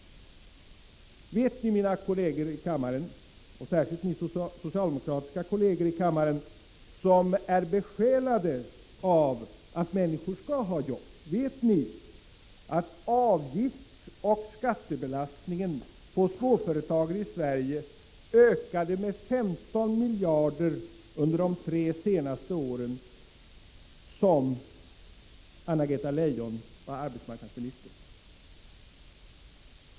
Vet ni, mina kolleger i kammaren -— särskilt ni socialdemokratiska kolleger som är besjälade av att människor skall ha jobb — att avgiftsoch skattebelastningen på småföretagen i Sverige ökade med 15 miljarder under de tre senaste åren, då Anna-Greta Leijon varit arbetsmarknadsminister?